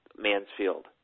Mansfield